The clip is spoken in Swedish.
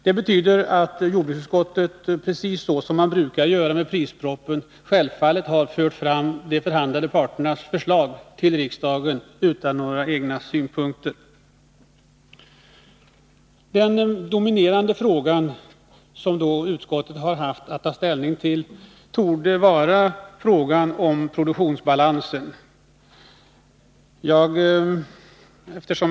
Jordbruksutskottet har självfallet, precis så som man brukar göra med prispropositionen, fört fram de förhandlande parternas förslag till riksdagen utan några egna synpunkter. Den dominerande frågan som utskottet har haft att ta ställning till torde vara frågan om produktionsbalansen.